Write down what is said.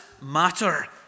matter